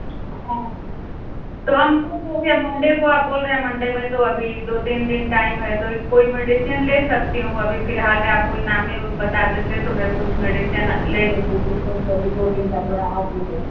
तो हमको तो वैसे मंडे को आप बोल रहे हैं मंडे में तो अभी दो तीन दिन टाइम है तो इक कोई मेडिसिन ले सकती हूँ अभी फ़िलहाल में आप कोई नामी ओम बता देते तो मैं कुछ मेडिसिन ले लेती जिससे कि अभी दो दिन का तो राहत मिले